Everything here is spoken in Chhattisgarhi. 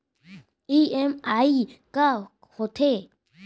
ई.एम.आई का होथे?